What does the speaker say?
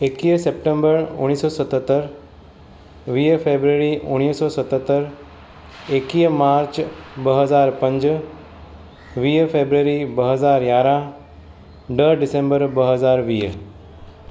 एकवीह सेप्टेंबर उणिवीह सौ सतहतरि वीह फेबररी उणिवीह सौ सतहतरि एकवीह मार्च ॿ हज़ार पंज वीह फेबररी ॿ हज़ार यारहं ॾह डिसंबर ॿ हज़ार वीह